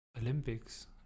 Olympics